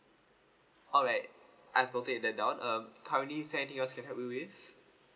alright I've noted that down um currently is there anytthing else I can help you with